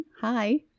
Hi